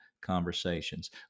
Conversations